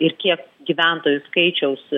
ir kiek gyventojų skaičiaus